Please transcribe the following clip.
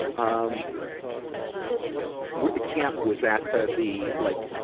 um what camp was that, ah, the, like,